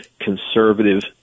conservative